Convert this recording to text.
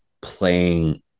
playing